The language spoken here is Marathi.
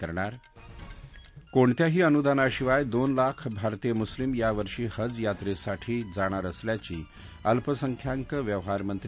करणार कोणत्याही अनुदानाशिवाय दोन लाख भारतीय मुस्लीम यावर्षी हज यात्रेसाठी जाणार असल्याची अल्पसंख्याक व्यवहारमंत्री